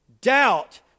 Doubt